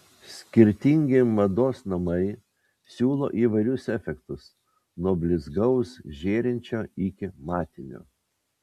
skirtingi mados namai siūlo įvairius efektus nuo blizgaus žėrinčio iki matinio